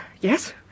yes